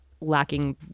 lacking